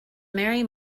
merry